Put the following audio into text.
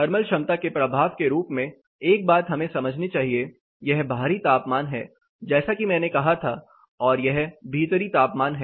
thermal क्षमता के प्रभाव के रूप में एक बात हमें समझनी चाहिए यह बाहरी तापमान है जैसा कि मैंने कहा था और यह भीतरी तापमान है